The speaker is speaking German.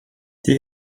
die